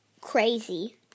crazy